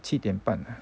七点半